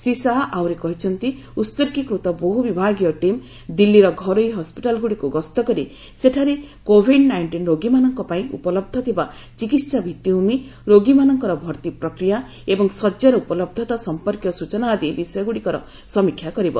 ଶ୍ରୀ ଶାହା ଆହୁରି କହିଛନ୍ତି ଉହର୍ଗୀକୃତ ବହୁବିଭାଗୀୟ ଟିମ୍ ଦିଲ୍ଲୀର ଘରୋଇ ହସ୍ପିଟାଲଗୁଡିକୁ ଗସ୍ତ କରି ସେଠାରେ କୋଭିଡ୍ ନାଇଷ୍ଟିନ୍ ରୋଗୀମାନଙ୍କ ପାଇଁ ଉପଲବଧ ଥିବା ଚିକିତ୍ସା ଭିଭିଭୂମୀ ରୋଗୀମାନଙ୍କର ଭର୍ତ୍ତୀ ପ୍ରକ୍ରିୟା ଏବଂ ଶଯ୍ୟାର ଉପଲବ୍ଧତା ସମ୍ପର୍କୀୟ ସ୍ବଚନା ଆଦି ବିଷୟଗୁଡିକର ସମୀକ୍ଷା କରିବ